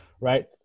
right